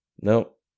Nope